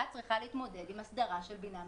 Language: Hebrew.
צריכה להתמודד עם אסדרה של בינה מלאכותית,